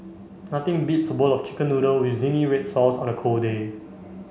nothing beats a bowl of chicken noodle with zingy red sauce on a cold day